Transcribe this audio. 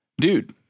Dude